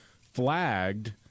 flagged